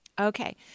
Okay